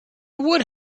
would